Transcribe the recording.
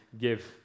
give